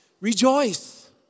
Rejoice